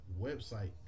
website